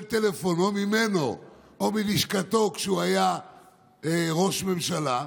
טלפון ממנו או מלשכתו כשהוא היה ראש ממשלה,